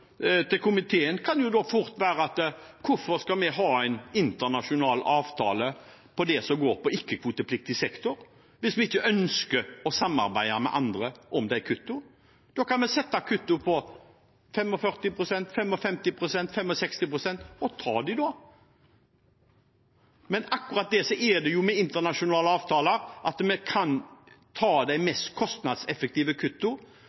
til komiteen kan da fort være: Hvorfor skal vi ha en internasjonal avtale om det som handler om ikke-kvotepliktig sektor, hvis vi ikke ønsker å samarbeide med andre om de kuttene? Da kan vi sette kuttene til 45 pst, 55 pst., 65 pst og ta dem. Men det er akkurat det som er med internasjonale avtaler, at vi kan ta de